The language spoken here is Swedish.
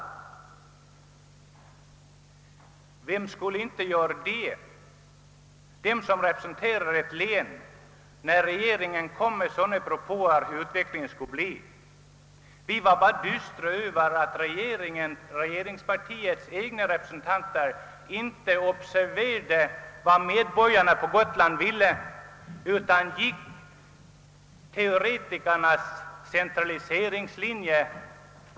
Vilken länsbo skulle inte göra det när regeringen kommer med sådana propåer om utvecklingen? Vi var dystra över att regeringspartiets egna representanter inte observerade vad medborgarna på Gotland ville utan gick fram på teoretikernas centralise ringslinje.